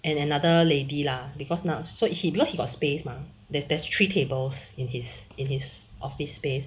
and another lady lah because now so he because he got space mah there's there's three tables in his in his office space